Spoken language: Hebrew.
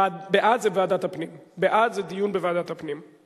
בעד זה דיון בוועדת הפנים.